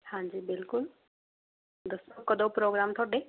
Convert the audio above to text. ਹਾਂਜੀ ਬਿਲਕੁਲ ਦੱਸੋ ਕਦੋਂ ਪ੍ਰੋਗਰਾਮ ਤੁਹਾਡੇ